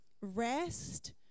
rest